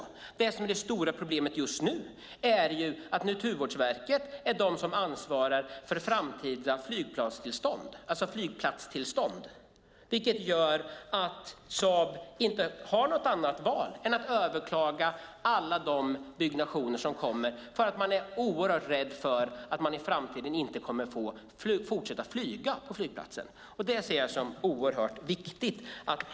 Men det som är det stora problemet just nu är att det är Naturvårdsverket som ansvarar för framtida flygplatstillstånd, vilket gör att Saab inte har något annat val än att överklaga alla de byggnationer som kommer eftersom man är oerhört rädd för att man i framtiden inte kommer att få fortsätta flyga på flygplatsen. Detta ser jag som oerhört viktigt.